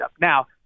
Now